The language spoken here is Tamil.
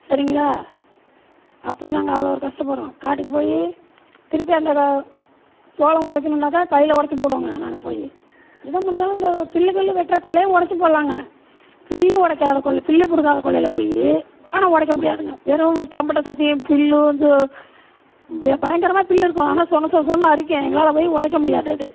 சரிங்களா அப்படிதாங்க அவ்வளோ ஒரு கஷ்டப்பட்றோம் காட்டுக்கு போய் திருப்பி அந்த க சோளம் உடைக்கணுனாக்கா கையில் உடச்சி போடுவோங்க நாங்கள் போய் எதோ முடிஞ்சளவு இந்த புல்லு கில்லு வெட்டுற கொல்லையை உடச்சி போட்லாங்க பில்லு உடைக்காத கொல்ல பில்லு பிடுங்காத கொல்லையில் போய் ஆனால் உடைக்க முடியாதுங்க வெறும் தம்பட்ட செத்தையும் புல்லும் இது வெ பயங்கரமாக புல்லு இருக்கும் ஆனால் சொன சொன சொனன்னு அரிக்கும் எங்களால் போய் உடைக்க முடியாது அது